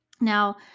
Now